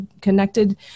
connected